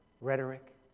rhetoric